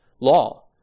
law